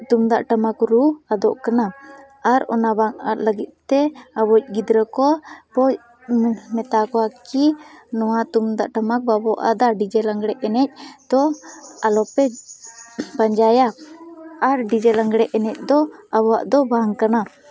ᱛᱩᱢᱫᱟᱜ ᱴᱟᱢᱟᱠ ᱨᱩ ᱟᱫᱚᱜ ᱠᱟᱱᱟ ᱟᱨ ᱚᱱᱟ ᱵᱟᱝ ᱟᱫ ᱞᱟᱹᱜᱤᱫ ᱛᱮ ᱟᱵᱚᱭᱤᱡ ᱜᱤᱫᱽᱨᱟᱹ ᱠᱚ ᱠᱟᱹᱡ ᱤᱧ ᱢᱮᱛᱟ ᱠᱚᱣᱟ ᱠᱤ ᱱᱚᱣᱟ ᱛᱩᱢᱫᱟᱜ ᱴᱟᱢᱟᱠ ᱵᱟᱵᱚ ᱟᱫᱟ ᱰᱤᱡᱮ ᱞᱟᱸᱜᱽᱲᱮ ᱮᱱᱮᱡ ᱛᱚ ᱟᱞᱚᱯᱮ ᱯᱟᱸᱡᱟᱭᱟ ᱟᱨ ᱰᱤᱡᱮ ᱞᱟᱸᱜᱽᱲᱮ ᱮᱱᱮᱡ ᱫᱚ ᱟᱵᱚᱣᱟᱜ ᱫᱚ ᱵᱟᱝ ᱠᱟᱱᱟ